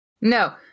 no